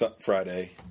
Friday